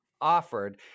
offered